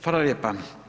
Hvala lijepo.